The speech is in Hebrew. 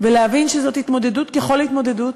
ולהבין שזאת התמודדות ככל התמודדות,